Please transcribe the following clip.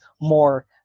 more